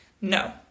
No